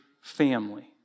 family